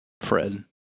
Fred